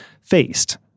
faced